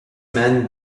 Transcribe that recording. man